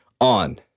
on